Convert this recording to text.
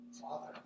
Father